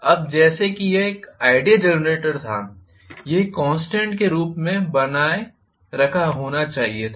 अब जैसे कि यह एक आइडीयल जनरेटर था यह एक कॉन्स्टेंट के रूप में बनाए रखा होना चाहिए था